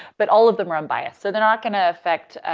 but all of them are unbiased. so they're not gonna affect, ah,